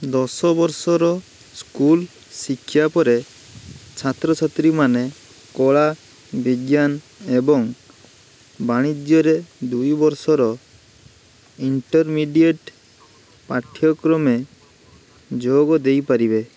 ଦଶ ବର୍ଷର ସ୍କୁଲ ଶିକ୍ଷା ପରେ ଛାତ୍ରଛାତ୍ରୀମାନେ କଳା ବିଜ୍ଞାନ ଏବଂ ବାଣିଜ୍ୟରେ ଦୁଇ ବର୍ଷର ଇଣ୍ଟରମିଡ଼ିଏଟ୍ ପାଠ୍ୟକ୍ରମରେ ଯୋଗ ଦେଇପାରିବେ